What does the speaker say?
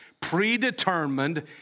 predetermined